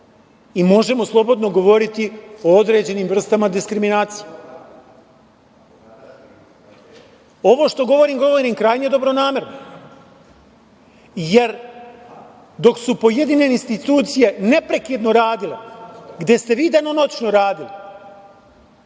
i možemo slobodno govoriti o određenim vrstama diskriminacije. Ovo što govorim, govorim krajnje dobronamerno. Jer, dok su pojedine institucije neprekidno radile, gde ste vi danonoćno radili,